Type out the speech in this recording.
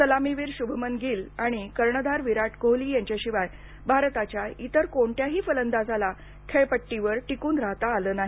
सलामीवीर शुभमन गील आणि कर्णधार विराट कोहली यांच्याशिवाय भारताच्या इतर कोणत्याही फलंदाजाला खेळपट्टीवर वेळ टिकून राहता आलं नाही